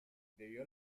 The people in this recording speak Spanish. debido